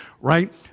right